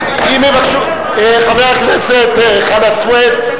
חבר הכנסת חנא סוייד,